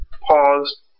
paused